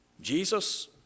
Jesus